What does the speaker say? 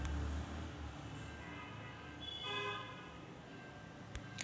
मी credit कार्डातून किती पैसे काढू शकतो?